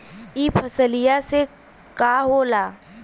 ई फसलिया से का होला?